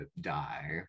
die